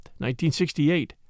1968